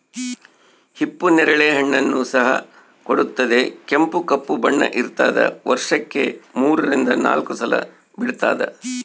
ಹಿಪ್ಪು ನೇರಳೆ ಹಣ್ಣನ್ನು ಸಹ ಕೊಡುತ್ತದೆ ಕೆಂಪು ಕಪ್ಪು ಬಣ್ಣ ಇರ್ತಾದ ವರ್ಷಕ್ಕೆ ಮೂರರಿಂದ ನಾಲ್ಕು ಸಲ ಬಿಡ್ತಾದ